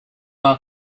are